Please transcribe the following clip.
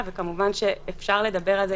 אפשר לדבר על זה